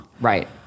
Right